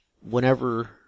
whenever